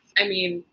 i mean,